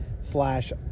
slash